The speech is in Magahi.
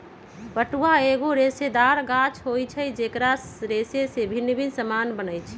पटुआ एगो रेशेदार गाछ होइ छइ जेकर रेशा से भिन्न भिन्न समान बनै छै